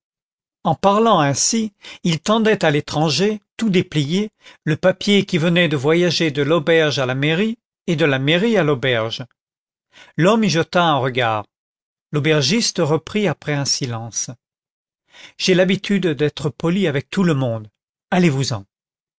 en parlant ainsi il tendait à l'étranger tout déplié le papier qui venait de voyager de l'auberge à la mairie et de la mairie à l'auberge l'homme y jeta un regard l'aubergiste reprit après un silence j'ai l'habitude d'être poli avec tout le monde allez-vous-en